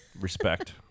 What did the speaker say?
respect